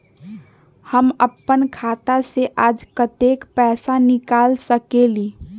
हम अपन खाता से आज कतेक पैसा निकाल सकेली?